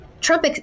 Trump